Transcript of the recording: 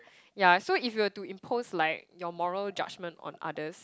yeah so if you were to impose like your moral judgement on others